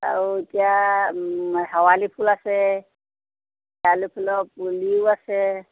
আউ এতিয়া শেৱালি ফুল আছে শেৱালি ফুলৰ পুলিও আছে